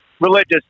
religious